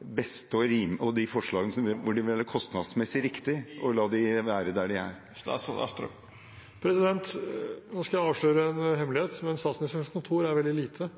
være der det er? Nå skal jeg avsløre en hemmelighet: Statsministerens kontor er veldig lite.